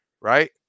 right